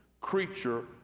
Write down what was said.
creature